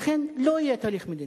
לכן לא יהיה תהליך מדיני,